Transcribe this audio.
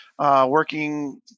Working